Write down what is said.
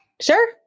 sure